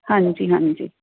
ਹਾਂਜੀ ਹਾਂਜੀ